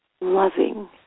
loving